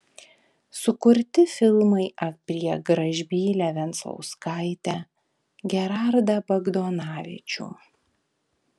sukurti filmai apie gražbylę venclauskaitę gerardą bagdonavičių